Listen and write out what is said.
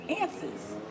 answers